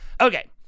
Okay